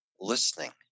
listening